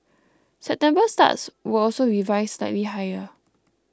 September starts were also revised slightly higher